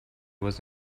was